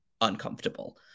uncomfortable